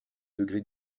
degrés